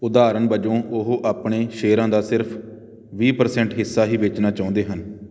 ਉਦਾਹਰਣ ਵਜੋਂ ਉਹ ਆਪਣੇ ਸ਼ੇਅਰਾਂ ਦਾ ਸਿਰਫ਼ ਵੀਹ ਪਰਸੈਂਟ ਹਿੱਸਾ ਹੀ ਵੇਚਣਾ ਚਾਹੁੰਦੇ ਹਨ